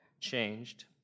changed